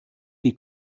die